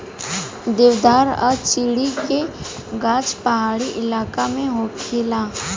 देवदार आ चीड़ के गाछ पहाड़ी इलाका में होखेला